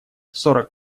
сорок